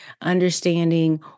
understanding